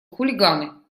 хулиганы